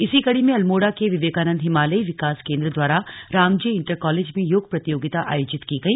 इसी कड़ी में अल्मोड़ा के विवेकानंद हिमालयी विकास केंद्र द्वारा रामजे इंटर कॉलेज में योग प्रतियोगिता आयोजित की गई